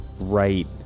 right